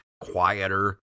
quieter